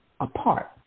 apart